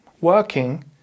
working